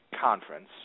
Conference